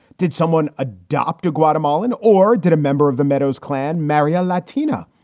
did someone adopt a guatemalan or did a member of the meadow's clan marry a latina?